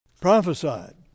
prophesied